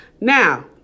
Now